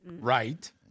Right